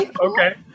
Okay